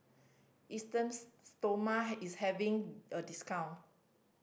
Esteem Stoma is having a discount